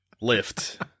Lift